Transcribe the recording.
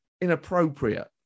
inappropriate